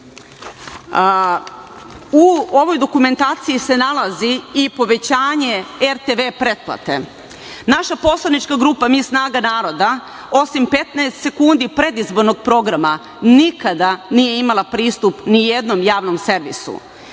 u ovoj dokumentaciji se nalazi povećanje RTV pretplate. Naša poslanička grupa „Mi – Snaga naroda“, osim 15 sekundi predizbornog programa, nikada nije imala pristup nijednom javnom servisu.